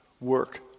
work